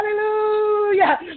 Hallelujah